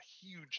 huge